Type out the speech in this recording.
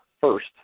first